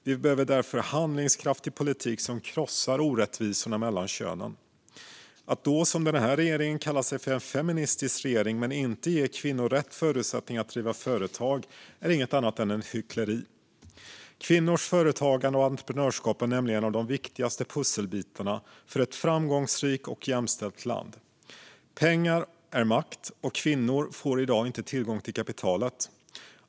Vi behöver därför handlingskraftig politik som krossar orättvisorna mellan könen. Att då, som denna regering gör, kalla sig för en feministisk regering men inte ge kvinnor rätt förutsättningar att driva företag är inget annat än hyckleri. Kvinnors företagande och entreprenörskap är nämligen en av de viktigaste pusselbitarna för ett framgångsrikt och jämställt land. Pengar är makt, och kvinnor får i dag inte tillgång till kapitalet.